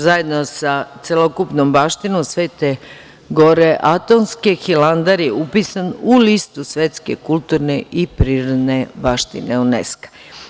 Zajedno sa celokupnom baštinom Svete Gore Atonske, Hilandar je upisan u listu svetske kulturne i prirodne baštine UNESKO.